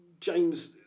James